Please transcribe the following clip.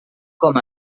com